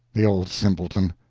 the old simpleton!